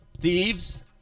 Thieves